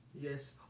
Yes